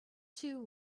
two